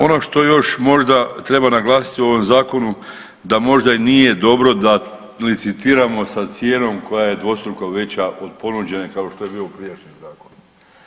Ono što još možda treba naglasiti u ovom zakonu da možda i nije dobro da licitiramo sa cijenom koja je dvostruko veća od ponuđene kao što je bio u prijašnjem zakonu.